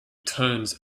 turns